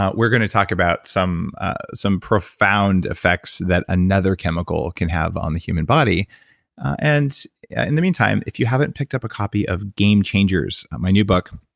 ah we're going to talk about some some profound effects that another chemical can have on the human body and in in the meantime, if you haven't picked up a copy of game changers, my new book.